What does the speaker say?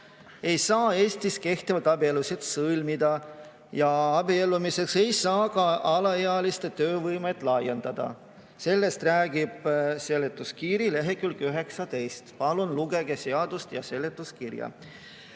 Eestis kehtivaid abielusid sõlmida ja abiellumiseks ei saa ka alaealiste teovõimet laiendada. Sellest räägib seletuskirja lehekülg 19. Palun lugege seadust ja seletuskirja.